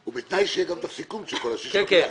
ובתנאי שיש גם את הסיכום של כל השישה ביחד.